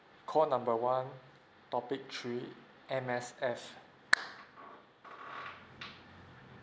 call number one topic three M_S_F